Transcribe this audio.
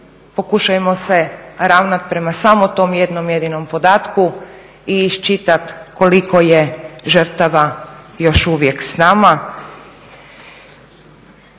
Pokušajmo se ravnat prema samo tom jednom jedinom podatku i iščitat koliko je žrtava još uvijek s nama.